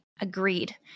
Agreed